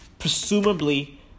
Presumably